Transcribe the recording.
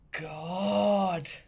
God